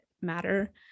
matter